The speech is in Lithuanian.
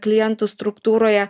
klientų struktūroje